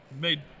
made